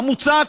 המוצע,